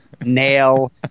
nail